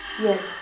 yes